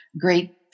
great